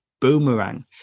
Boomerang